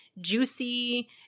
juicy